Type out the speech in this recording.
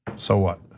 so what?